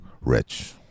rich